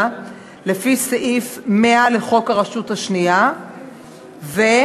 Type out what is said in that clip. לפי סעיף 100 לחוק הרשות השנייה וצירוף,